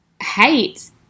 hate